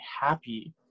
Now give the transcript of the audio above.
happy